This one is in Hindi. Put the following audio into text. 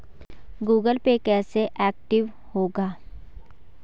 गूगल पे कैसे एक्टिव होगा?